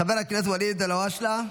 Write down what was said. חבר הכנסת ואליד אלהואשלה,